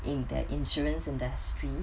in the insurance industry